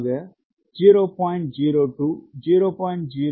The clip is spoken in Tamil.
02 0